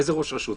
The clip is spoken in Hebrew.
איזה ראש הרשות?